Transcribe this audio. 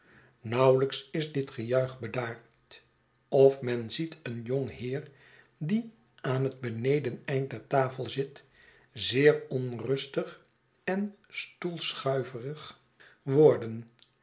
nauwelijks is dit gejuich bedaard of men ziet een jong heer die aan het benedeneind der tafel zit zeer onrustig en stoelschuiverig worden